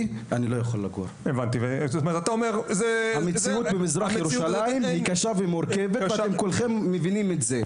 המציאות במזרח ירושלים היא קשה ומורכבת וכולכם מבינים את זה.